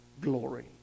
glory